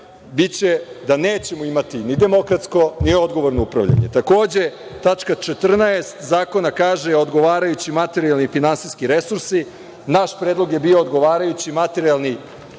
da nećemo imati ni demokratsko ni odgovorno upravljanje. Takođe, tačka 14. Zakona kaže – odgovarajući materijalni finansijski resursi. Naš predlog je bio – odgovarajući materijalni